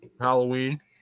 Halloween